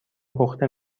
پخته